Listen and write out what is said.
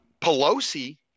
Pelosi